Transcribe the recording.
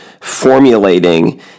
formulating